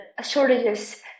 shortages